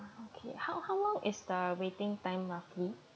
okay how how long is the waiting time roughly